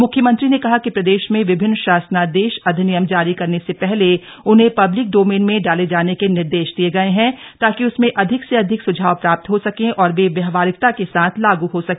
मुख्यमंत्री ने कहा कि प्रदेश में विभिन्न शासनादेश और अधिनियम जारी करने से पहले उन्हें पब्लिक डोमेन में डाले जाने के निर्देश दिये गये हैं ताकि उसमें अधिक से अधिक सुझाव प्राप्त हो सके और वे व्यावहारिकता के साथ लागू हो सके